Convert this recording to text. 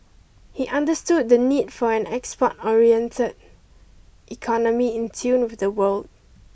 he understood the need for an export oriented economy in tune with the world